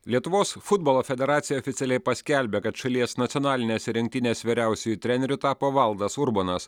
lietuvos futbolo federacija oficialiai paskelbė kad šalies nacionalinės rinktinės vyriausiuoju treneriu tapo valdas urbonas